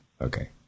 Okay